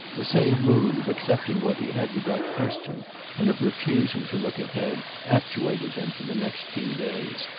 the same mood, of accepting what he had without question and of refusing to look ahead, actuated him for the next few days.